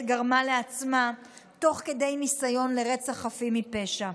גרמה לעצמה תוך כדי ניסיון לרצוח חפים מפשע,